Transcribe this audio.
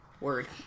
word